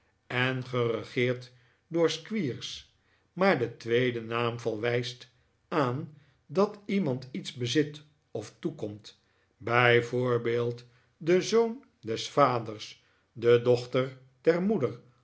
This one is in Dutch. en geregeerd door squeers maar de tweede naamval wijst aan dat iemand iets bezit of toekomt bij voorbeeld de zoon des vaders de dochter der moeder